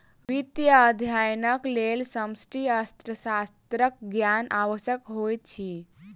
वित्तीय अध्ययनक लेल समष्टि अर्थशास्त्रक ज्ञान आवश्यक होइत अछि